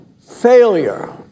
failure